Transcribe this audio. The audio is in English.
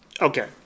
Okay